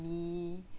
mummy